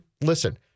listen